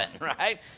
right